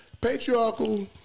patriarchal